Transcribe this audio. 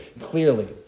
clearly